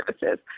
services